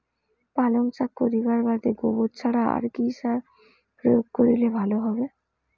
পালং শাক করিবার বাদে গোবর ছাড়া আর কি সার প্রয়োগ করিলে ভালো হবে?